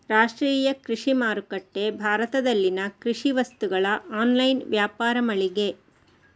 ರಾಷ್ಟ್ರೀಯ ಕೃಷಿ ಮಾರುಕಟ್ಟೆ ಭಾರತದಲ್ಲಿನ ಕೃಷಿ ವಸ್ತುಗಳ ಆನ್ಲೈನ್ ವ್ಯಾಪಾರ ಮಳಿಗೆ